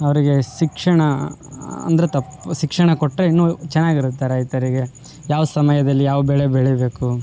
ಅವರಿಗೆ ಶಿಕ್ಷಣ ಅಂದರೆ ತಪ್ಪು ಶಿಕ್ಷಣ ಕೊಟ್ಟರೆ ಇನ್ನು ಚೆನ್ನಾಗಿರತ್ತೆ ರೈತರಿಗೆ ಯಾವ ಸಮಯದಲ್ಲಿ ಯಾವ ಬೆಳೆ ಬೆಳಿಬೇಕು